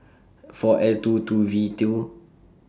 four L two two V due